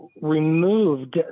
removed